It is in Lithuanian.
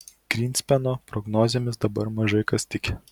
grynspeno prognozėmis dabar mažai kas tiki